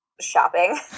shopping